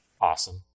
Awesome